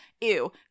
ew